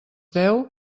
deu